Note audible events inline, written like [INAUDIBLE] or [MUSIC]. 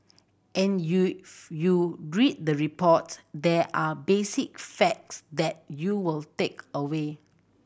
and [UNINTELLIGIBLE] you read the reports there are basic facts that you will take away